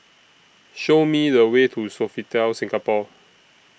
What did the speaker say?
Show Me The Way to Sofitel Singapore